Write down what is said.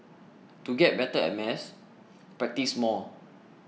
to get better at maths practise more